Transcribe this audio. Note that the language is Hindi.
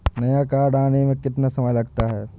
नया कार्ड आने में कितना समय लगता है?